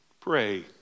Pray